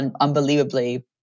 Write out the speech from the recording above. unbelievably